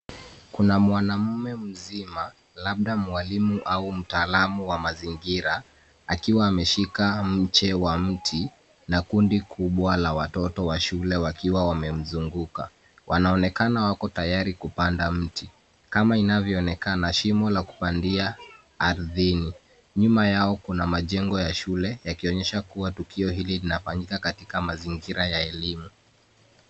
Kuna mwanamume mzima labda mwalimu au mtaalamu wa mazingira akiwa ameshika mche wa mti na kundi kubwa la watoto wa shule wakiwa wamemzunguka ,wanaonekana wako tayari kupanda mti kama inavyoonekana shimo la kupandia ardhini nyuma yao kuna majengo ya shule yakionyesha kuwa tukio hili linafanyika katika mazingira ya elimu.